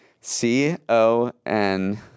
C-O-N